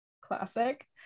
classic